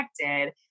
connected